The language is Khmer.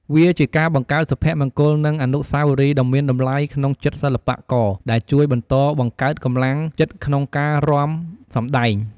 វាជាការបង្កើតសុភមង្គល និងអនុស្សាវរីយ៍ដ៏មានតម្លៃក្នុងចិត្តសិល្បករ ដែលជួយបន្តបង្កើតកម្លាំងចិត្តក្នុងការរាំសម្តែង។